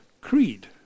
creed